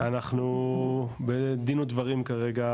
אנחנו בדין ודברים כרגע,